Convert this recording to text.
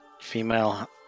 female